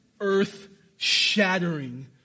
earth-shattering